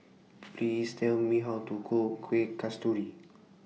Please Tell Me How to Cook Kueh Kasturi